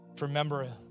Remember